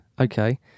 Okay